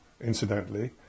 incidentally